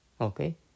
Okay